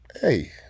Hey